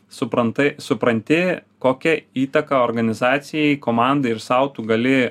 suprantai supranti kokią įtaką organizacijai komandai ir sau tu gali